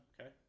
Okay